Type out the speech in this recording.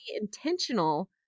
intentional